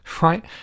right